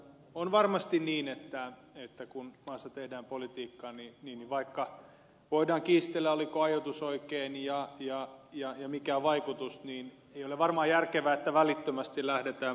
on varmasti niin että kun maassa tehdään politiikkaa niin vaikka voidaan kiistellä oliko ajoitus oikein ja mikä on vaikutus niin ei ole varmaan järkevää että välittömästi lähdetään sitä muuttamaan